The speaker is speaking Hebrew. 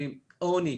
עוני,